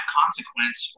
consequence